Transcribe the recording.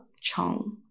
Chong